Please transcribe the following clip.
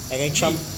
week